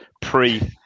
pre